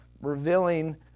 revealing